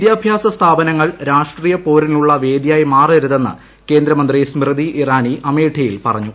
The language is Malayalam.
വിദ്യാഭ്യാസ സ്ഥാപനങ്ങൾ രാഷ്ട്രീയ പോരിനുള്ള വേദിയായി മാറരുതെന്ന് കേന്ദ്രമന്ത്രി സ്മൃതി ഇറാനി അമേഠിയിൽ പറഞ്ഞു